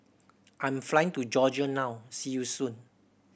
I'm flying to Georgia now see you soon